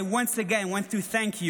I once again want to say: